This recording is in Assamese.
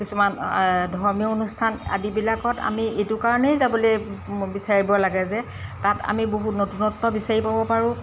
কিছুমান ধৰ্মীয় অনুষ্ঠান আদিবিলাকত আমি এইটো কাৰণেই যাবলৈ বিচাৰিব লাগে যে তাত আমি বহু নতুনত্ব বিচাৰি পাব পাৰোঁ